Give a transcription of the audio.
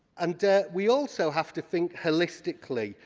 and we also have to think holistically.